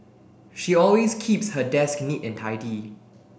she always keeps her desk neat and tidy